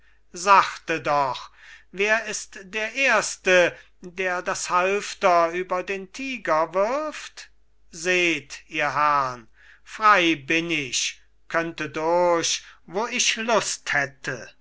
sachte doch wer ist der erste der das halfter über den tiger wirft seht ihr herrn frei bin ich könnte durch wo ich lust hätte